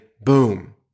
boom